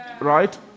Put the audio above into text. Right